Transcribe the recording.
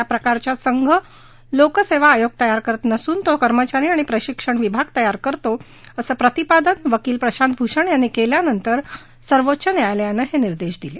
या प्रकारच्या या संघ लोक सेवा आयोग तयार करत नसून तो कर्मचारी आणि प्रशिक्षणविभाग तयार करतो असं प्रतिपादन वकील प्रशांत भूषण यांनी केल्यानंतर सर्वोच्च न्यायालयानं हे निर्देश दिले